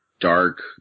dark